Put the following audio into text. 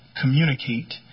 communicate